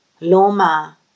Loma